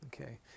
Okay